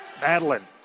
Madeline